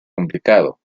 complicado